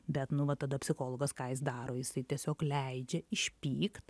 bet nu va tada psichologas ką jis daro jisai tiesiog leidžia išpykt